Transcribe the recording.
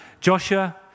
Joshua